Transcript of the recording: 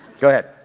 go ahead.